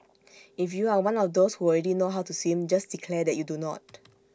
if you are one of those who already know how to swim just declare that you do not